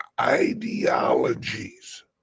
ideologies